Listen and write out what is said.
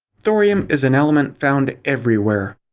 thorium is an element found everywhere.